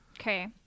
Okay